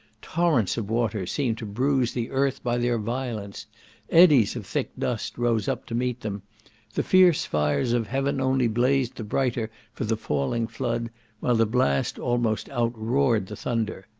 torrents of water seemed to bruise the earth by their violence eddies of thick dust rose up to meet them the fierce fires of heaven only blazed the brighter for the falling flood while the blast almost out-roared the thunder.